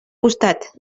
costat